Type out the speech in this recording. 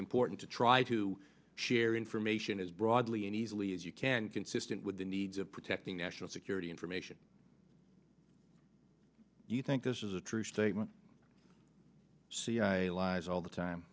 important to try to share information as broadly and easily as you can consistent with the needs of protecting national security information do you think this is a true statement cia lies all the time